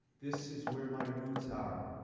this is where my roots are.